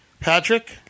Patrick